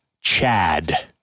Chad